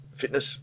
fitness